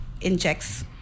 injects